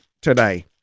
today